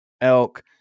elk